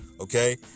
Okay